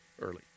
early